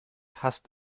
hasst